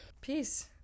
Peace